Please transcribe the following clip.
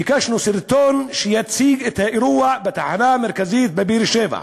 ביקשנו סרטון שיציג את האירוע בתחנה המרכזית בבאר-שבע.